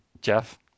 Jeff